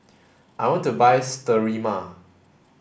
I want to buy Sterimar